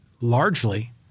largely